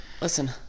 Listen